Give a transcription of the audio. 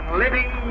living